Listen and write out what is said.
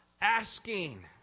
asking